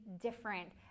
different